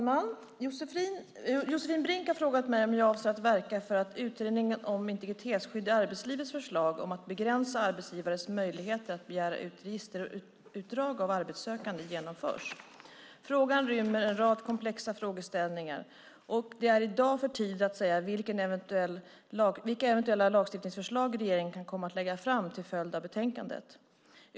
Fru talman! Josefin Brink har frågat mig om jag avser att verka för att Utredningen om integritetsskydd i arbetslivets förslag om att begränsa arbetsgivares möjligheter att begära ut registerutdrag av arbetssökande genomförs. Frågan rymmer en rad komplexa frågeställningar och det är i dag för tidigt att säga vilka eventuella lagstiftningsförslag regeringen kan komma att lägga fram till följd av betänkandet.